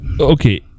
Okay